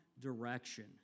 direction